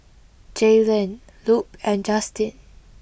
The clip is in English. Jaylen Lupe and Justyn